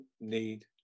need